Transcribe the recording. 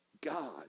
God